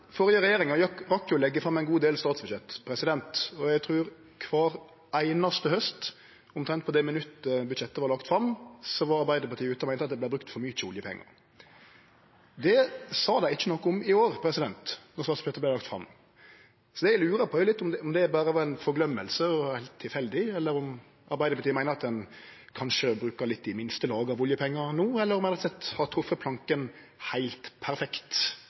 fram ein god del statsbudsjett, og eg trur at kvar einaste haust, omtrent på det minuttet budsjettet vart lagt fram, var Arbeidarpartiet ute og meinte at det vart brukt for mykje oljepengar. Det sa dei ikkje noko om i år då statsbudsjettet vart lagt fram. Det eg lurer på, er om det berre var ei forgløyming og tilfeldig, eller om Arbeidarpartiet meiner at ein kanskje bruker litt i minste laget av oljepengane no, eller om ein har treft planken heilt perfekt.